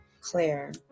Claire